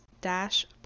Dash